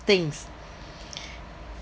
things